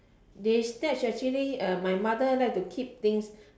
they snatch actually uh my mother like to keep things